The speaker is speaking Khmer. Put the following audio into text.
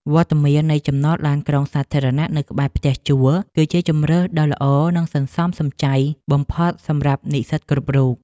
វត្តមាននៃចំណតឡានក្រុងសាធារណៈនៅក្បែរផ្ទះជួលគឺជាជម្រើសដ៏ល្អនិងសន្សំសំចៃបំផុតសម្រាប់និស្សិតគ្រប់រូប។